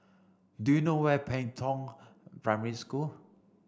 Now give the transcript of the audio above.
do you know where Pei Tong Primary School